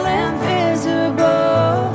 invisible